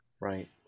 right